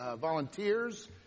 volunteers